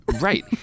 Right